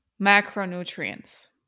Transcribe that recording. macronutrients